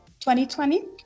2020